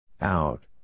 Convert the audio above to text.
out